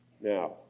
Now